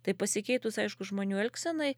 tai pasikeitus aišku žmonių elgsenai